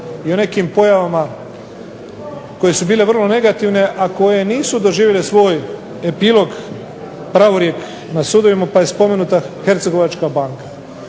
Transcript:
i o nekim pojavama koje su bile vrlo negativne, a koje nisu doživjele svoj epilog, pravorijek na sudovima, pa je spomenuta Hercegovačka banka.